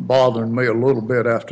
bothered me a little bit after